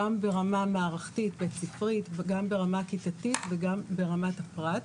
גם ברמה מערכתית בית ספרית וגם ברמה כיתתית וגם ברמת הפרט.